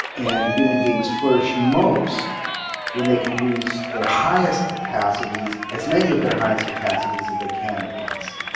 and human beings flourish most when they can use their highest capacities, as many of their highest capacities as they can at once.